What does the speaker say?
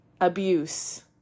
abuse